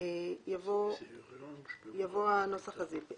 יבוא הנוסח הזה.